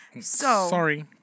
Sorry